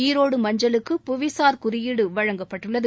ஈரோடு மஞ்சுளுக்கு புவிசார் குறியீடு வழங்கப்பட்டுள்ளது